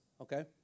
okay